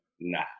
nah